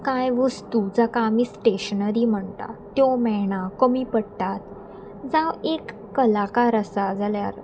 कांय वस्तू जाका आमी स्टेशनरी म्हणटा त्यो मेळना कमी पडटात जावं एक कलाकार आसा जाल्यार